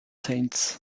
saints